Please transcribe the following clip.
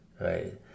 right